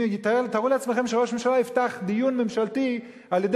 תארו לעצמכם שראש הממשלה יפתח דיון ממשלתי על זה